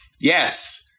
Yes